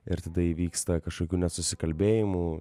ir tada įvyksta kažkokių nesusikalbėjimų